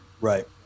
Right